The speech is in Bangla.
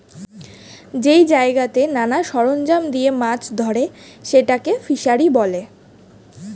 যেই জায়গাতে নানা সরঞ্জাম দিয়ে মাছ ধরে সেটাকে ফিসারী বলে